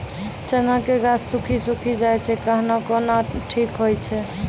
चना के गाछ सुखी सुखी जाए छै कहना को ना ठीक हो छै?